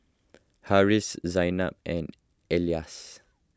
Harris Zaynab and Elyas